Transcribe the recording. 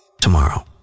tomorrow